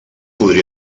podria